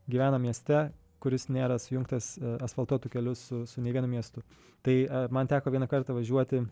gyvena mieste kuris nėra sujungtas asfaltuotu keliu su nei vienu miestu tai man teko vieną kartą važiuoti